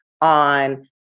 on